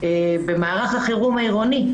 במערך החירום העירוני.